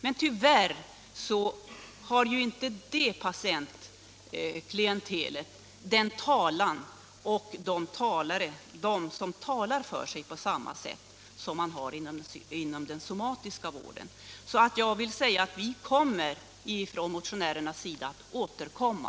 Men tyvärr har inte det patientklientelet den talan eller personer som talar för sig på samma sätt som patienter inom den somatiska vården. Vi motionärer skall därför återkomma.